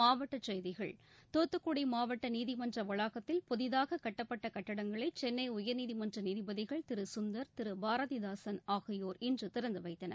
மாவட்டச் செய்திகள் தூத்துக்குடி மாவட்ட நீதிமன்ற வளாகத்தில் புதிதாக கட்டப்பட்ட கட்டிடங்களை சென்னை உயர்நீதிமன்ற நீதிபதிகள் திரு சுந்தர் திரு பாரதிதாசன் ஆகியோர் இன்று திறந்து வைத்தனர்